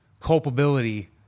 culpability